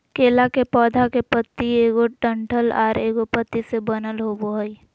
केला के पौधा के पत्ति एगो डंठल आर एगो पत्ति से बनल होबो हइ